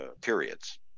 periods